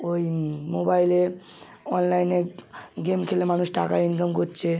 ওই মোবাইলে অনলাইনে গেম খেলে মানুষ টাকা ইনকাম করছে